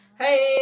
hey